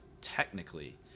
technically